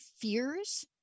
fears